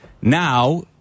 Now